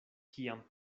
kiam